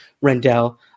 Rendell